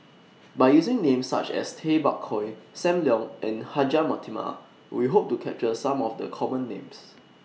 By using Names such as Tay Bak Koi SAM Leong and Hajjah Fatimah We Hope to capture Some of The Common Names